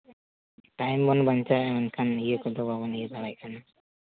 ᱛᱮᱦᱮᱧ ᱵᱚᱱ ᱵᱟᱧᱪᱟᱣ ᱮᱱ ᱮᱱᱠᱷᱟᱱ ᱤᱭᱟᱹ ᱠᱚᱫᱚ ᱵᱟᱵᱚᱱ ᱤᱭᱟᱹ ᱫᱟᱲᱮᱭᱟᱜ ᱠᱟᱱᱟ